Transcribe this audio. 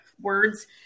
words